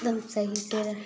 एकदम सही से रहे